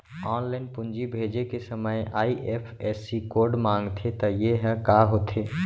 Online पूंजी भेजे के समय आई.एफ.एस.सी कोड माँगथे त ये ह का होथे?